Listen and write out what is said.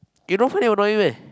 you don't find him annoy you meh